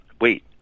Wait